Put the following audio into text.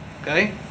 okay